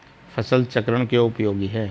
फसल चक्रण क्यों उपयोगी है?